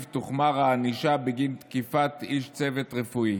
תוחמר הענישה בגין תקיפת איש צוות רפואי